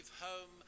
home